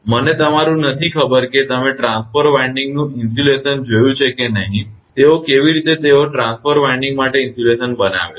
મને તમારુ ખબર નથી કે તમે ટ્રાન્સફોર્મર વિન્ડિંગનું ઇન્સ્યુલેશન જોયું છે કે નહીં તેઓ કેવી રીતે તેઓ ટ્રાન્સફોર્મર વિન્ડિંગ માટે ઇન્સ્યુલેશન બનાવે છે